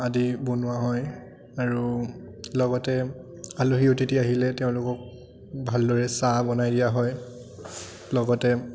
আদি বনোৱা হয় আৰু লগতে আলহী অতিথি আহিলে তেওঁলোকক ভালদৰে চাহ বনাই দিয়া হয় লগতে